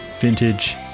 vintage